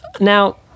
Now